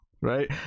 right